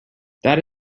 that